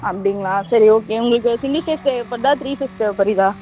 அப்படிங்களா சரி ஓகே உங்களுக்கு சிங்கிள் ஃபேஸ் தேவை படுதா த்ரீ ஃபேஸ் தேவை படுதா